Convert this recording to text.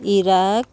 Iraq